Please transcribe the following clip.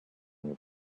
and